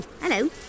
Hello